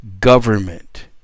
government